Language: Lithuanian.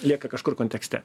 lieka kažkur kontekste